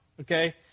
okay